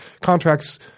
contracts